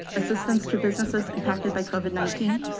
assistance to businesses impacted by covid nineteen.